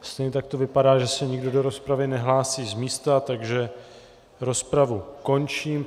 Stejně tak to vypadá, že se nikdo do rozpravy nehlásí z místa, takže rozpravu končím.